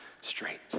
straight